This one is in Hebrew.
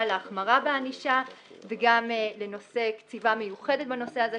להחמרה בענישה וגם לנושא קציבה מיוחדת בנושא הזה,